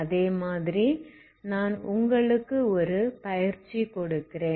அதே மாதிரி நான் உங்களுக்கு ஒரு பயிற்சி கொடுக்கிறேன்